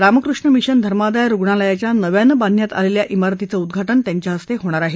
Ramakrishna Mission धर्मादाय रुग्णालयाच्या नव्यानं बांधण्यात आलेल्या शिरतीचं उद्घाटन त्यांच्या हस्ते होणार आहे